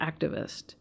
activist